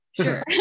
sure